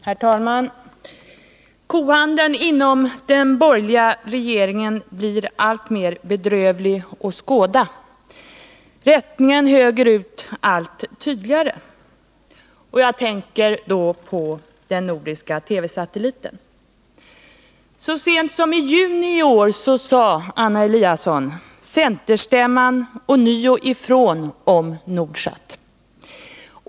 Herr talman! Kohandeln inom den borgerliga regeringen blir alltmer bedrövlig. Rättningen högerut blir allt tydligare. Jag tänker på den nordiska TV-satelliten. Så sent som i juni i år, Anna Eliasson, sade centerstämman ånyo ifrån om Nordsat.